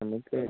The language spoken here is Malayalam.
നമുക്ക്